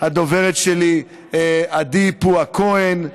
הדוברת שלי, עדי פועה כהן,